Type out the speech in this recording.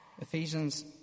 Ephesians